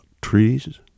trees